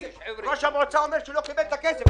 ראש המועצה אומר שהוא לא קיבל את הכסף.